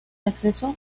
acceso